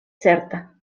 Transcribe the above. certa